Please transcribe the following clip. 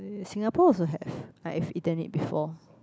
Singapore also have I've eaten it before